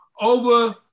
over